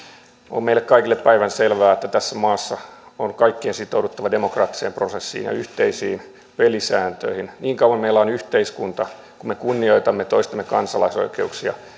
on meille kaikille päivänselvää että tässä maassa on kaikkien sitouduttava demokraattiseen prosessiin ja yhteisiin pelisääntöihin niin kauan meillä on yhteiskunta kuin me kunnioitamme toistemme kansalaisoikeuksia